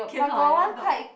cannot eh not